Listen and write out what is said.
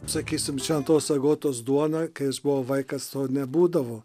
sakysim šventos agotos duona kai aš buvau vaikas to nebūdavo